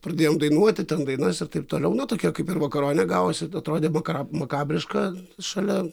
pradėjom dainuoti ten dainas ir taip toliau na tokia kaip ir vakaronė gavosi atrodė maka makabriška šalia